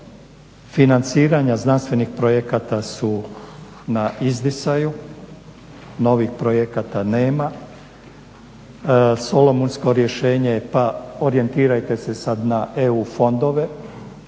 financiranja znanstvenih projekata su na izdisaju, novih projekata nema, solumucko rješenje pa orijentirajte se sad na EU fondove